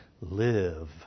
live